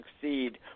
succeed